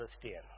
Christian